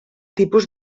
tipus